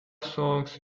songs